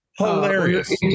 Hilarious